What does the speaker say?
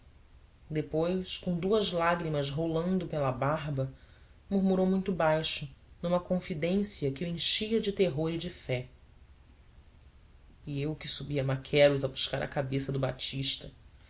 depois com duas lágrimas rolando pela barba murmurou muito baixo numa confidência que o enchia de terror e de fé fui eu que subi a maqueros a buscar a cabeça do batista